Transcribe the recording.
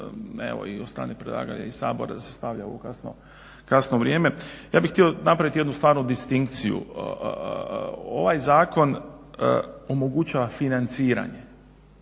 od strane … i Sabora da se stavlja u ovo kasno vrijeme, ja bih htio napraviti jednu stvarnu disktinciju. Ovaj zakon omogućava financiranje,